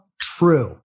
true